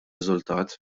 riżultat